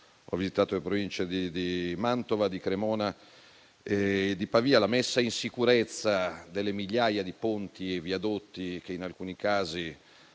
ho visitato le Province di Mantova, di Cremona e Pavia. La messa in sicurezza delle migliaia di ponti e viadotti, che in alcuni casi